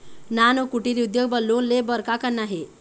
नान अउ कुटीर उद्योग बर लोन ले बर का करना हे?